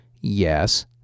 Yes